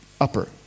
upper